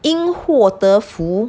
因祸得福